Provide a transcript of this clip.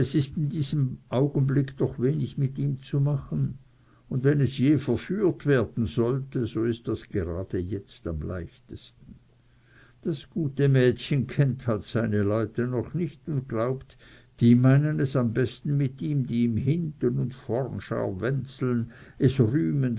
in diesem augenblick doch wenig mit ihm zu machen und wenn es je verführt werden sollte so ist das gerade jetzt am leichtesten das gute mädchen kennt halt seine leute noch nicht und glaubt die meinen es am besten mit ihm die ihm hinten und vornen scharwenzeln es rühmen